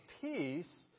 peace